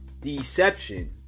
deception